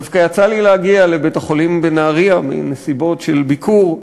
דווקא יצא לי להגיע לבית-החולים בנהרייה בנסיבות של ביקור,